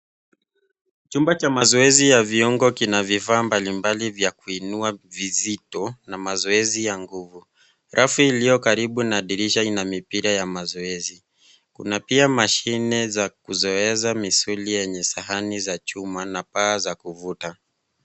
Chumba cha mazoezi ya viungo kina vifaa mbalimbali vya kuinua vizito, na mazoezi ya nguvu. Rafu iliyo karibu na dirisha ina mipira ya mazoezi . Kuna pia mashine za kuzoesha misuli yenye sahani za chuma na paa za kuvuta.